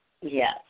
Yes